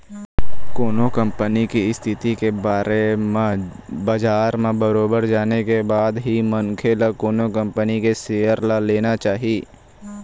कोनो कंपनी के इस्थिति के बारे म बजार म बरोबर जाने के बाद ही मनखे ल कोनो कंपनी के सेयर ल लेना चाही